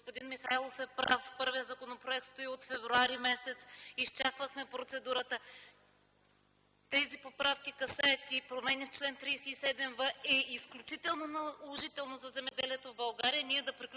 Господин Михайлов е прав – първият законопроект стои от февруари месец. Изчаквахме процедурата. Тези поправки касаят и промени в чл. 37в и е изключително наложително за земеделието в България